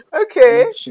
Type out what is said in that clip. Okay